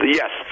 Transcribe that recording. yes